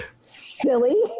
silly